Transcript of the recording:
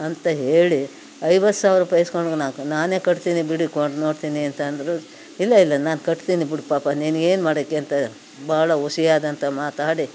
ಅಂತ ಹೇಳಿ ಐವತ್ತು ಸಾವಿರ ರೂಪಾಯಿ ಈಸ್ಕೊಂಡ್ರು ನಾಲ್ಕು ನಾನೇ ಕಟ್ತೀನಿ ಬಿಡಿ ಕೊಟ್ಟು ನೋಡ್ತೀನಿ ಅಂತ ಅಂದರೂ ಇಲ್ಲ ಇಲ್ಲ ನಾನು ಕಟ್ತೀನಿ ಬಿಡು ಪಾಪ ನೀನು ಏನು ಮಾಡಿಕೋ ಅಂತ ಭಾಳ ಹುಸಿಯಾದಂಥ ಮಾತಾಡಿ